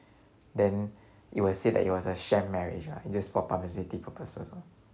then it will say that it was a sham marriage lah just for publicity purposes orh